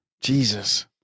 jesus